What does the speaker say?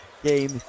Game